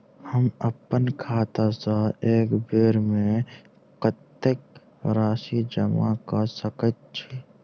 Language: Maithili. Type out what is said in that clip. हम अप्पन खाता सँ एक बेर मे कत्तेक राशि जमा कऽ सकैत छी?